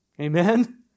Amen